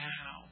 Now